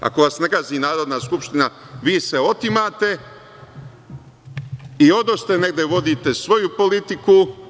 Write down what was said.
Ako vas ne gazi Narodna skupština, vi se otimate i odoste negde, vodite svoju politiku…